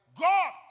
God